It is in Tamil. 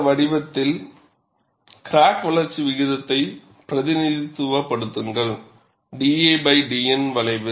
இந்த வடிவத்தில் கிராக் வளர்ச்சி விகிதத்தை பிரதிநிதித்துவப்படுத்துங்கள் da by dN வளைவு